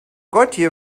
gotje